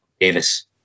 Davis